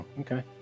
okay